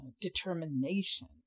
determination